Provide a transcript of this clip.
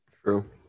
True